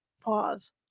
Pause